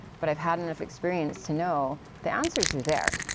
but i've had enough experience to know that answers are there.